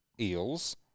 Eels